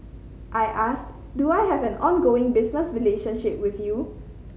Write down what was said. I asked do I have an ongoing business relationship with you